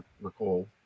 recall